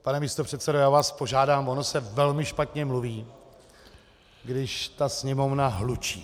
Pane místopředsedo, já vás požádám, ono se velmi špatně mluví, když sněmovna hlučí.